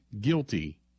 guilty